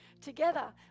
Together